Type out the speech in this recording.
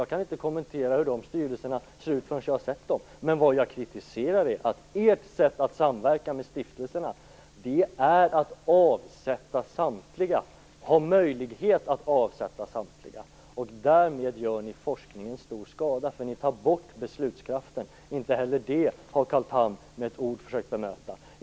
Jag kan inte kommentera hur de styrelserna ser ut förrän jag har sett dem, men vad jag kritiserar är att ert sätt att samverka med stiftelserna är att ha möjlighet att avsätta samtliga. Därmed gör ni forskningen stor skada, eftersom ni tar bort beslutskraften. Inte heller det har Carl Tham med ett ord försökt bemöta.